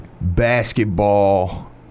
basketball